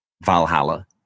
Valhalla